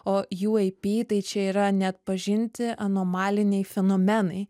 o uap tai čia yra neatpažinti anomaliniai fenomenai